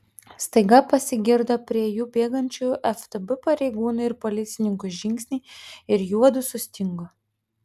staiga pasigirdo prie jų bėgančių ftb pareigūnų ir policininkų žingsniai ir juodu sustingo